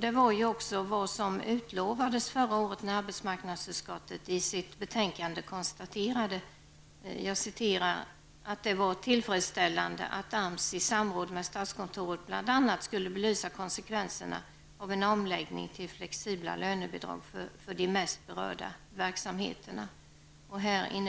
Det var ju också vad som utlovades förra året när arbetsmarknadsutskottet i sitt betänkande konstaterade att ''det var tillfredsställande att AMS i samråd med statskontoret bl.a. skulle belysa konsekvenserna av en omläggning till flexibla lönebidrag för de mest berörda verksamheterna''. I